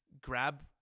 grab